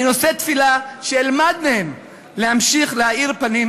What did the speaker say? אני נושא תפילה שאלמד מהם להמשיך להאיר פנים,